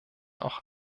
auch